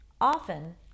often